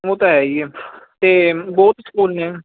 ਉਹ ਤਾਂ ਹੈ ਹੀ ਹੈ ਅਤੇ ਬਹੁਤ ਸਕੂਨ ਆ